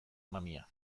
mamia